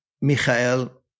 Michael